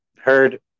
Heard